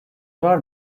var